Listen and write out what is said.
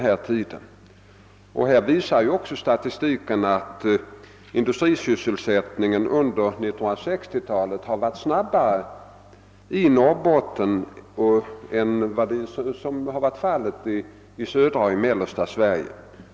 Statistiken visar också att den industriella sysselsättningen under 1960-talet har utvecklats snabbare i Norrbotten än i södra och mellersta Sverige.